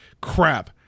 crap